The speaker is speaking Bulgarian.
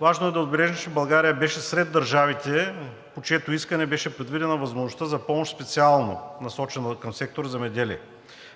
Важно е да отбележим, че България беше сред държавите, по чието искане беше предвидена възможността за помощ специално насочена към сектор „Земеделие“.